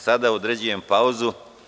Sada određujem pauzu.